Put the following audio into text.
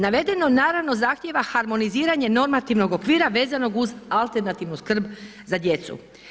Navedeno naravno zahtjeva harmoniziranje normativnog okvira vezanog uz alternativnu skrb za djecu.